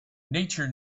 nature